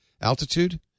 altitude